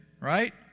right